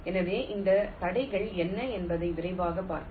எனவே இந்த தடைகள் என்ன என்பதை விரைவாக பார்ப்போம்